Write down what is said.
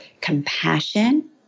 compassion